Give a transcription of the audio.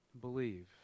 Believe